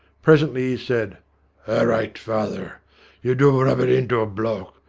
presently he said a awright, father you do rub it into a bloke,